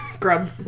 Grub